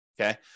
okay